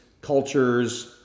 cultures